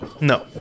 No